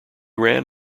ran